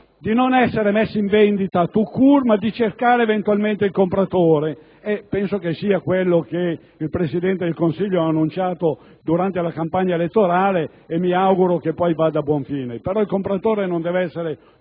di non metterla in vendita*tout court* ma di cercare eventualmente il compratore. Penso sia quello che il Presidente del Consiglio ha annunciato durante la campagna elettorale e che mi auguro vada a buon fine. Il compratore, però, non deve essere